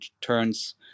turns